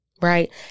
Right